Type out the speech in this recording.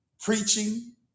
preaching